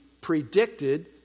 predicted